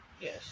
Yes